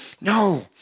No